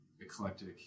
eclectic